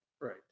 Right